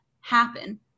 happen